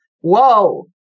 whoa